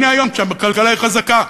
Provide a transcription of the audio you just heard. הנה, היום, כשהכלכלה היא חזקה,